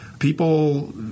People